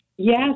Yes